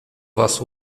was